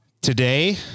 Today